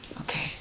Okay